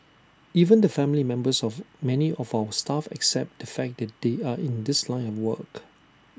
even the family members of many of our staff accept the fact that they are in this line and work